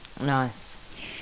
Nice